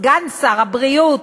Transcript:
סגן שר הבריאות,